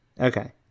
okay